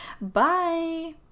Bye